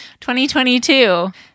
2022